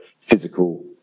physical